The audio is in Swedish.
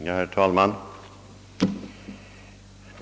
Herr talman!